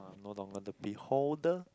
no longer the beholder